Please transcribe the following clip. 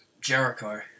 Jericho